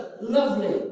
lovely